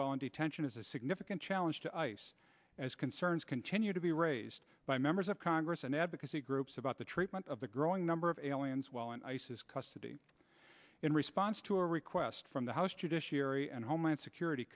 in detention is a significant challenge to ice as concerns continue to be raised by members of congress and advocacy groups about the treatment of the growing number of aliens while in isis custody in response to a request from the house judiciary and homeland security